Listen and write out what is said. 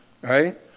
Right